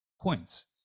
points